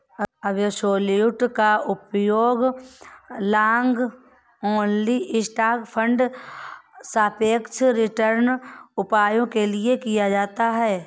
absolute का उपयोग long only stock fund सापेक्ष रिटर्न उपायों के लिए किया जाता है